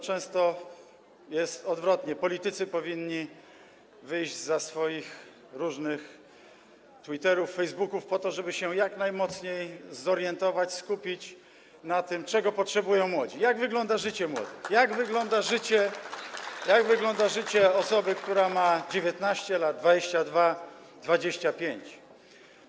Często jest odwrotnie, to politycy powinni wyjść zza swoich różnych twitterów i facebooków po to, żeby się jak najmocniej zorientować, skupić na tym, czego potrzebują młodzi, jak wygląda życie młodych, jak wygląda życie osoby, która ma 19 lat, 22 lata, 25 lat.